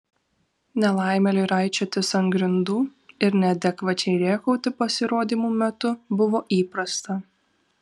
nelaimėliui raičiotis ant grindų ir neadekvačiai rėkauti pasirodymų metu buvo įprasta